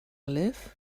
live